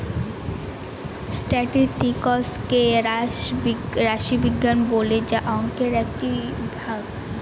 statistics কে রাশি বিজ্ঞান বলে যা অংকের একটি ভাগ